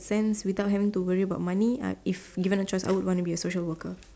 sense without having to worry about money given that choice I would want to be a social worker